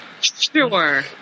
Sure